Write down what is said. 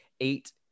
eight